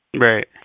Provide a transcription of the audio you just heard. Right